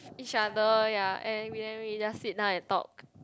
each other ya and then we just sit down and talk